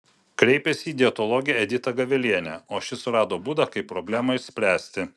kreipėsi į dietologę editą gavelienę o ši surado būdą kaip problemą išspręsti